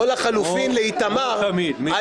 או לחלופין לאיתמר,